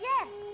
Yes